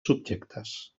subjectes